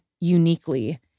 uniquely